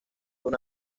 una